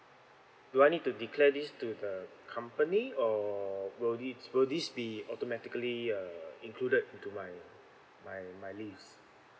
do I need to declare this to the company or will this will this be automatically err included into my my my leave